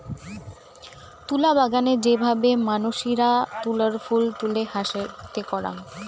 তুলা বাগানে যে ভাবে মানসিরা তুলার ফুল তুলে হাতে করাং